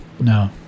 No